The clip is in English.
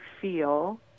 feel